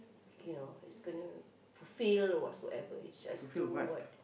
you know it's gonna fulfill or what so ever you just do what